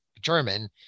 German